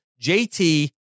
JT